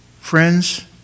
friends